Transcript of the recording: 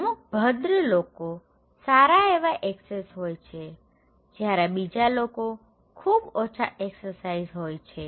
અમુક ભદ્ર લોકો સારા એવા એક્સેસ હોય છેજ્યારે બીજા લોકો ખૂબ ઓછા એક્સેસાઇઝ હોય છે